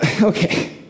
Okay